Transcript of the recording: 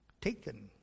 taken